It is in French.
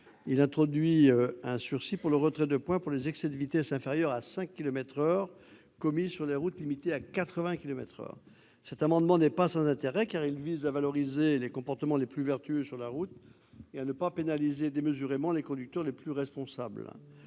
d'instaurer un sursis pour le retrait de point dans le cas d'excès de vitesse inférieurs à 5 kilomètres par heure commis sur les routes limitées à 80 kilomètres par heure. Cet amendement n'est pas sans intérêt, car il vise à valoriser les comportements les plus vertueux sur la route et à ne pas pénaliser démesurément les conducteurs les plus responsables.